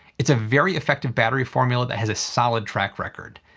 it's a very effective battery formula that has a solid track record,